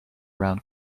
round